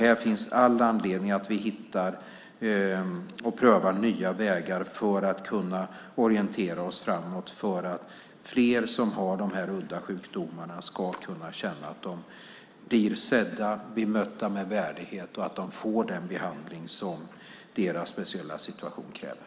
Här finns all anledning att vi hittar och prövar nya vägar för att orientera oss framåt så att fler med dessa udda sjukdomar kan känna att de blir sedda och bemötta med värdighet. De ska få den behandling som deras speciella situation kräver.